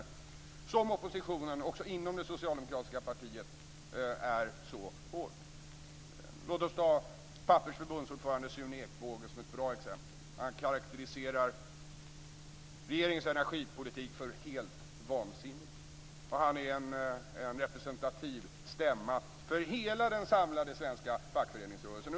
Just därför är oppositionens kritik också inom det socialdemokratiska partiet så hård. Låt oss ta Pappersarbetareförbundets ordförande Sune Ekbåge som ett bra exempel. Han karakteriserar regeringens energipolitik som helt vansinnig, och han är en representativ stämma för hela den samlade svenska fackföreningsrörelsen.